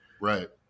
right